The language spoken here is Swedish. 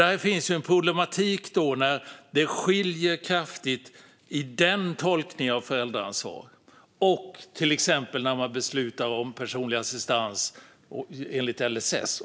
Det finns en problematik när det skiljer kraftigt mellan den tolkningen av föräldraansvar och föräldraansvaret när man beslutar om till exempel personlig assistans enligt LSS.